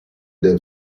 dev